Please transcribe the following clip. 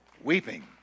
Weeping